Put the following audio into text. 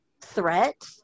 threat